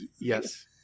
Yes